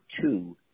two